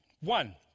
One